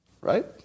Right